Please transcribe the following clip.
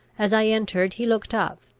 as i entered he looked up,